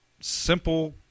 simple